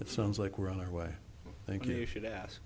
it sounds like we're on our way i think you should ask